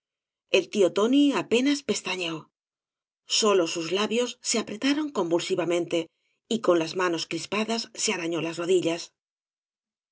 el tío tóai apenas pestañeó sólo sus labios se apretaron convulsivamente y con las manos crispadas se arañó las rodillas